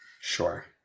Sure